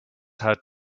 how